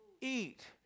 eat